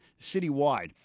citywide